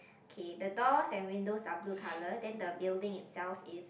K the doors and windows are blue colour then the building itself is